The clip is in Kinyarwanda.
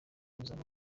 uzaba